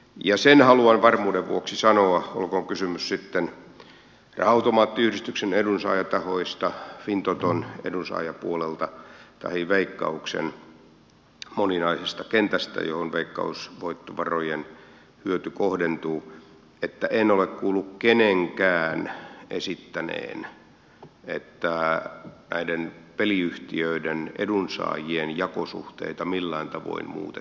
ja sen haluan varmuuden vuoksi sanoa olkoon kysymys sitten raha automaattiyhdistyksen edunsaajatahoista fintoton edunsaajapuolesta tahi veikkauksen moninaisesta kentästä johon veikkausvoittovarojen hyöty kohdentuu että en ole kuullut kenenkään esittäneen että näiden peliyhtiöiden edunsaajien jakosuhteita millään tavoin muutettaisiin